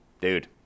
dude